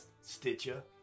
Stitcher